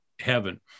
heaven